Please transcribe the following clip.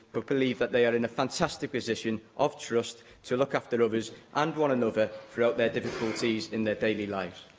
but believe that they are in a fantastic position of trust to look after others and one another throughout their difficulties in their daily lives?